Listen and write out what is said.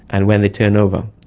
and when they turn over.